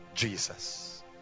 Jesus